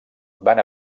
van